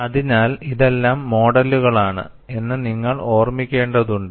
അതിനാൽ ഇതെല്ലാം മോഡലുകളാണ് എന്ന് നിങ്ങൾ ഓർമ്മിക്കേണ്ടതുണ്ട്